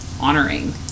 honoring